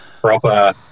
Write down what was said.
Proper